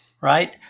right